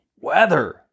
Weather